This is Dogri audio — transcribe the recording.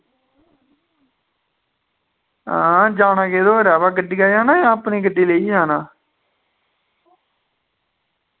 हां जाना किदे पर ऐ वा गड्डियै जाना यां अपनी गड्डी लेइयै जाना